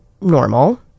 normal